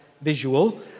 visual